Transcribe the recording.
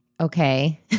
okay